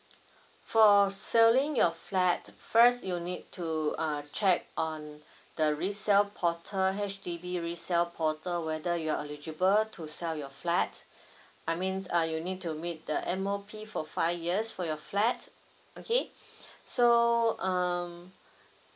for sailing your flat first you need to uh check on the resale portal H_D_B resale portal whether you're eligible to sell your flat I means uh you need to meet the M_O_P for five years for your flat okay so um